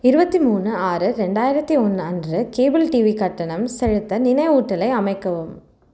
இருபத்தி மூணு ஆறு ரெண்டாயிரத்தி ஒன்று அன்று கேபிள் டிவி கட்டணம் செலுத்த நினைவூட்டலை அமைக்கவும்